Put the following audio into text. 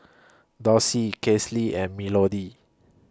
Dossie Kasely and Melodee